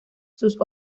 sus